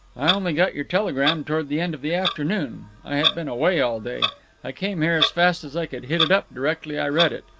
i only got your telegram toward the end of the afternoon. i had been away all day. i came here as fast as i could hit it up directly i read it.